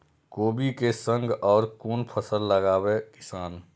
कोबी कै संग और कुन फसल लगावे किसान?